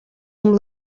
amb